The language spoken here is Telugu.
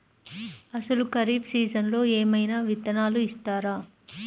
అసలు ఖరీఫ్ సీజన్లో ఏమయినా విత్తనాలు ఇస్తారా?